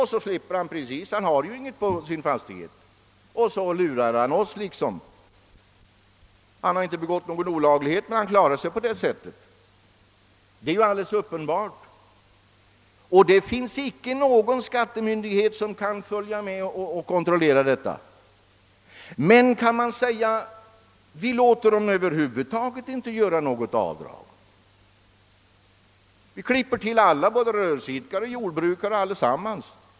Då har han inget lån på sin fastighet och så lurar han oss liksom i alla fall. Han har inte begått något olaglighet och han klarar sig på detta sätt. Det finns inte någon skattemyndighet som kan kontrollera detta. Men om vi över huvud taget inte tilllåter något avdrag, om vi klipper till alla — både rörelseidkare och jordbrukare -— vad händer då?